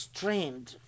trained